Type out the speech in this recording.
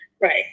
Right